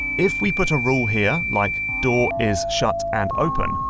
if we put a rule here like door is shut and open,